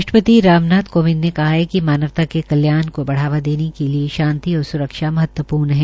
राष्ट्रपति नाथ कोविंद ने कहा है कि मानवता के कल्याण को बढ़ावा देने के लिये शांति और सुरक्षा महत्वपूर्ण है